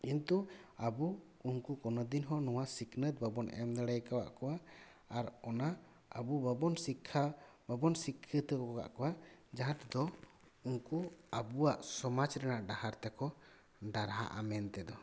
ᱠᱤᱱᱛᱩ ᱟᱹᱵᱩ ᱩᱱᱠᱩ ᱠᱚᱱᱚᱫᱤᱱᱦᱚ ᱱᱚᱣᱟ ᱥᱤᱠᱷᱱᱟᱹᱛ ᱵᱟᱹᱵᱩ ᱮᱢ ᱫᱟᱲᱮᱭ ᱠᱟᱜ ᱠᱩᱣᱟ ᱟᱨ ᱩᱱᱟ ᱟᱹᱵᱩ ᱵᱟᱹᱵᱩᱱ ᱥᱤᱠᱷᱟ ᱵᱟᱹᱵᱩᱱ ᱥᱤᱠᱷᱱᱟᱹᱛ ᱠᱟᱜ ᱠᱩᱣᱟ ᱡᱟᱦᱟ ᱛᱮᱫᱚ ᱩᱱ ᱠᱩ ᱟᱵᱩᱣᱟᱜ ᱥᱚᱢᱟᱡ ᱨᱮᱱᱟ ᱰᱟᱦᱟᱨ ᱛᱮᱠᱩ ᱰᱟᱨᱦᱟᱼᱟ ᱢᱮᱱᱛᱮ ᱫᱚ